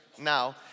now